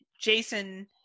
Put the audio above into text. Jason